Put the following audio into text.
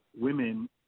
women